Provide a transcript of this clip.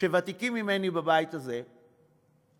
שוותיקים ממני בבית הזה יודעים